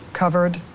covered